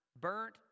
burnt